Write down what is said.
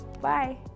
bye